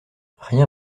rien